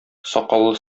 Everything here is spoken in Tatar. сакаллы